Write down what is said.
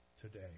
today